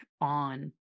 on